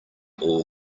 all